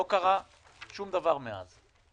לא קרה שום דבר מאז.